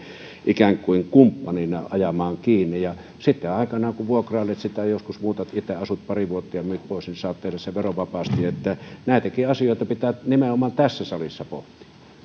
ikään kuin kumppanina ajamaan kiinni ja sitten aikanaan kun vuokrailet sitä joskus muutat itse asut pari vuotta ja myyt pois saat tehdä sen verovapaasti näitäkin asioita pitää nimenomaan tässä salissa pohtia